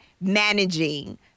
managing